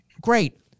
great